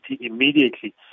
immediately